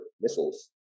missiles